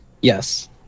Yes